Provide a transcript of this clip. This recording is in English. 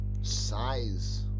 size